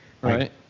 Right